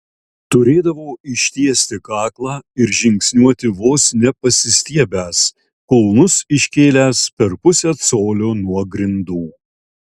turėdavo ištiesti kaklą ir žingsniuoti vos ne pasistiebęs kulnus iškėlęs per pusę colio nuo grindų